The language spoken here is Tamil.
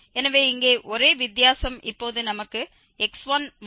எனவே இங்கே ஒரே வித்தியாசம் இப்போது நமக்கு x1 வேண்டும்